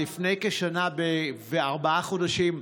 לפני כשנה וארבעה חודשים,